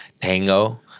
Tango